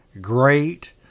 great